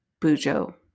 Bujo